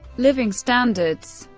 living standards